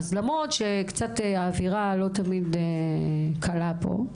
למרות שהאווירה לא תמיד קלה פה,